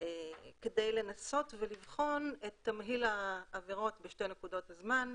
כדי לנסות ולבחון את תמהיל העבירות בשתי נקודות הזמן,